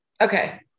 Okay